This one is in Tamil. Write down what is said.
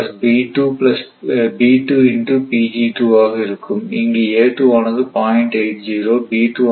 இங்கு ஆனது 0